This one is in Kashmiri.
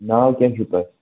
ناو کیٛاہ چھُو تۄہہِ